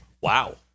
Wow